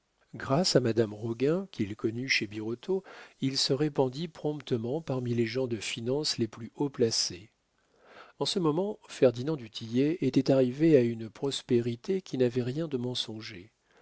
grâce à madame roguin qu'il connut chez birotteau il se répandit promptement parmi les gens de finance les plus haut placés en ce moment ferdinand du tillet était arrivé à une prospérité qui n'avait rien de